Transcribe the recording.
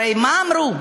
הרי מה אמרו?